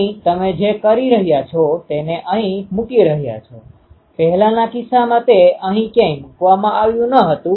એટલે કેફાઈની 0° અને 180° કિંમતો માટે ત્યાં નલ હોય છે